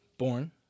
Born